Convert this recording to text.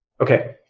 okay